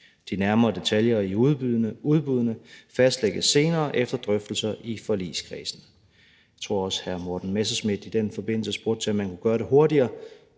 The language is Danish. De nærmere detaljer i udbuddene fastlægges senere efter drøftelser i forligskredsen. Jeg tror også, hr. Morten Messerschmidt i den forbindelse spurgte til, om man kunne gøre det hurtigere.